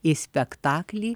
į spektaklį